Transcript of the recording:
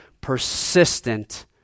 persistent